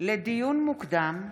לדיון מוקדם,